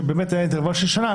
כשהיה אינטרוול של שנה,